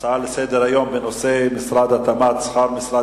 ההצעות לסדר-היום בנושא משרד התמ"ת שכר משרד